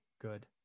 good